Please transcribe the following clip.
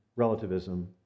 relativism